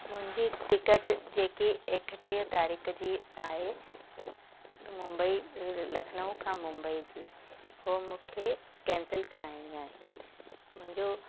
मुंहिंजी टिकट जेकी एकटीह तारीख़ जी आहे मुंबई लखनऊ खां मुंबई जी उहो मूंखे केंसिल कराइणी आहे मुंहिंजो